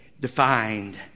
Defined